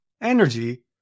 energy